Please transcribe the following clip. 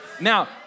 Now